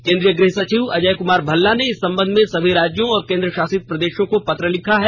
केंद्रीय गृह सचिव अजय कुमार भल्ला ने इस संबंध में सभी राज्यों और केंद्र शसित प्रदेषों को पत्र लिखा है